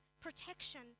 protection